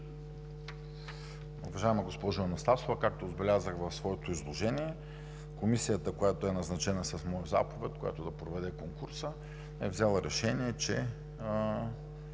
Уважаема госпожо Анастасова, както отбелязах в своето изложение, комисията, която е назначена с моя заповед, която да проведе конкурса, е взела решение, че